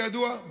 כידוע,